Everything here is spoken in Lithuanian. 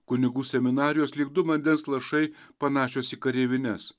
kunigų seminarijos lyg du vandens lašai panašios į kareivines